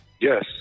Yes